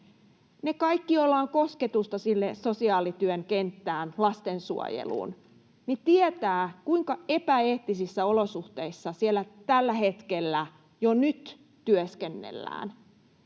Ne kaikki, joilla on kosketusta sosiaalityön kenttään ja lastensuojeluun, tietävät, kuinka epäeettisissä olosuhteissa siellä jo nyt tällä hetkellä työskennellään.